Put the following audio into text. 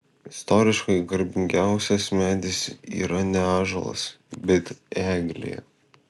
istoriškai garbingiausias medis yra ne ąžuolas bet eglė